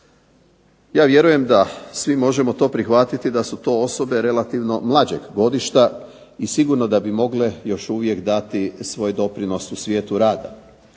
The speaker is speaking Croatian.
Ja vjerujem da svi možemo to prihvatiti da su to osobe relativno mlađeg godišta i sigurno da bi mogle još uvijek dati svoj doprinos u svijetu rada.